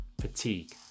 fatigue